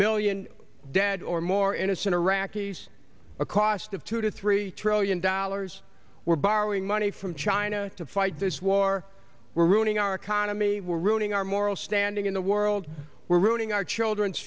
million dead or more innocent iraqis a cost of two to three trillion dollars we're borrowing money from china to fight this war were ruining our economy we're ruining our moral standing in the world were ruining our children's